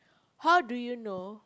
how do you know